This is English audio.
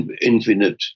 infinite